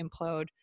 implode